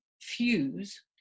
fuse